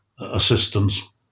assistance